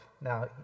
Now